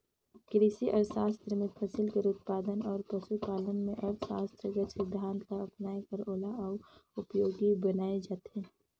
किरसी अर्थसास्त्र में फसिल कर उत्पादन अउ पसु पालन में अर्थसास्त्र कर सिद्धांत ल अपनाए कर ओला अउ उपयोगी बनाए जाथे